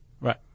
Right